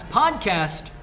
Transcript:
podcast